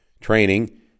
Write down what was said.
Training